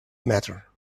matter